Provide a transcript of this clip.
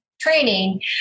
training